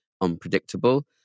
unpredictable